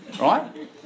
right